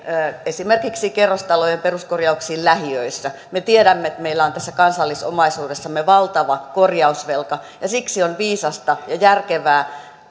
esimerkiksi kerrostalojen peruskorjauksiin lähiöissä me tiedämme että meillä on tässä kansallisomaisuudessamme valtava korjausvelka ja siksi tämä on viisasta ja järkevää